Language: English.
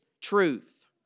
truth